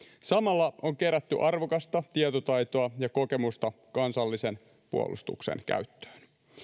samalla on kerätty arvokasta tietotaitoa ja kokemusta kansallisen puolustuksen käyttöön